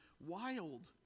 wild